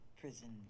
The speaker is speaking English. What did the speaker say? prison